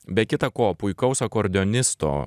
be kita ko puikaus akordeonisto